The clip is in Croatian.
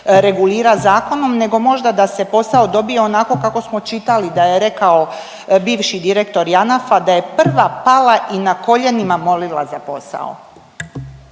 regulira zakonom nego možda da se posao dobije onako kako smo čitali da je rekao bivši direktor Janafa, da je prva pala i na koljenima molila za posao.